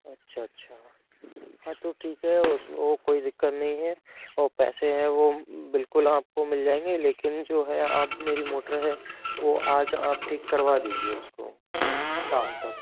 अच्छा अच्छा हाँ तो ठीक है उस में वो कोई दिक्कत नहीं है वो पैसे हैं वो बिल्कुल आपको मिल जाएंगे लेकिन जो है आप मेरी मोटर है वो आज आप ठीक करवा दीजिए उसको शाम तक